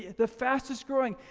the fastest growing,